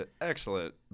excellent